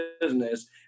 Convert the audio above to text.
business